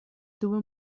tuvo